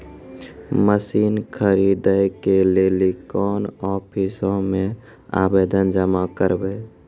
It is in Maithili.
मसीन खरीदै के लेली कोन आफिसों मे आवेदन जमा करवै?